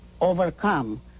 overcome